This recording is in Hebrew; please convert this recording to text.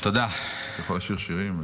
אתה יכול לשיר שירים.